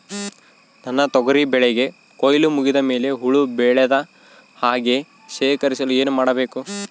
ನನ್ನ ತೊಗರಿ ಬೆಳೆಗೆ ಕೊಯ್ಲು ಮುಗಿದ ಮೇಲೆ ಹುಳು ಬೇಳದ ಹಾಗೆ ಶೇಖರಿಸಲು ಏನು ಮಾಡಬೇಕು?